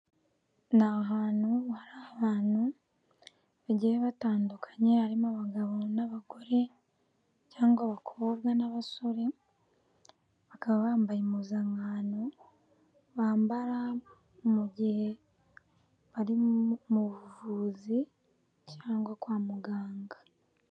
Ni hantu hari abantu bagiye batandukanye, harimo abagabo n'abagore cyangwa abakobwa n'abasore bakaba bambaye impuzankano bambara, mu gihe bari mu vuzi cyangwa kwa muganga.